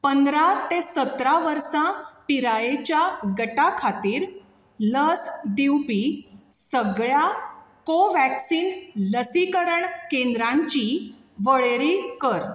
पंदरा ते सतरा वर्सां पिरायेच्या गटा खातीर लस दिवपी सगळ्या कोव्हॅक्सिन लसीकरण केंद्रांची वळेरी कर